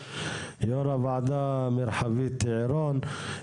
יו"ר הוועדה המרחבית עירון.